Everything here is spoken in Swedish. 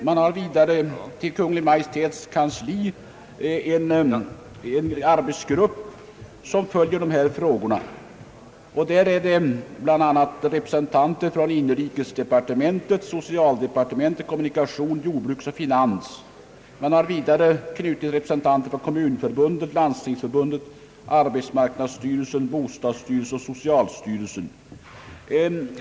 Man har vidare vid Kungl. Maj:ts kansli en arbetsgrupp som följer dessa frågor. I den ingår bl.a. representanter för inrikesdepartementet, socialdepartementet, kommunikationsdepartementet, jordbruksoch finansdepartementen. Till gruppen har knutits representanter för Kommunförbundet, Landstingsförbundet, arbetsmarknadsstyrelsen, bostadsstyrelsen och socialstyrelsen.